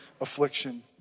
affliction